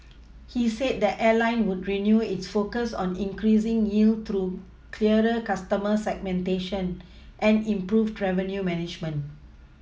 he said the airline would renew its focus on increasing yield through clearer customer segmentation and improved revenue management